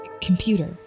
computer